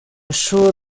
sure